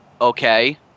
Okay